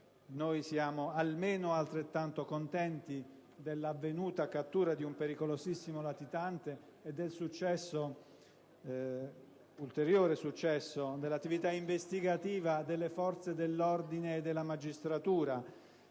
siamo almeno altrettanto contenti dell'avvenuta cattura di un pericolosissimo latitante e del successo ulteriore dell'attività investigativa delle forze dell'ordine e della magistratura.